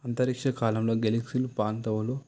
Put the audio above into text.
అంతరిక్ష కాలంలో గెలిక్సిన్లు పాంతవులు